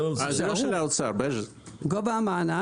גובה המענק